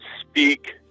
speak